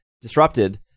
Disrupted